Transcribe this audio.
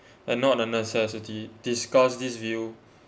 and not a necessity discuss this view